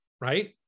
Right